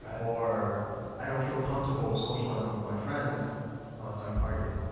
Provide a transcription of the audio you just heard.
or i don't feel comfortable with socializing with my friends unless i'm partying.